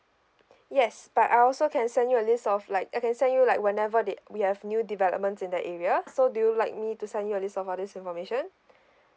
yes but I also can send you a list of like I can send you like whenever d~ we have new developments in the area so do you like me to send you a list of all this information